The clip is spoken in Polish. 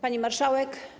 Pani Marszałek!